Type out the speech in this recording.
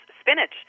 spinach